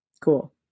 Cool